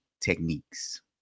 techniques